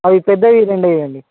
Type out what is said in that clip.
అవి పెద్దవి రెండు వేయండి